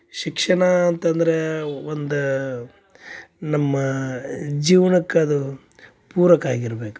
ಶಿಕ್ಷಣ ಅಂತಂದರೆ ಒಂದ ನಮ್ಮಾ ಜೀವನಕ್ಕ ಅದು ಪೂರಕ ಆಗಿರ್ಬೇಕು